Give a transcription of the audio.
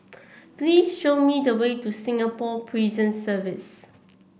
please show me the way to Singapore Prison Service